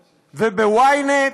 וב-ynet,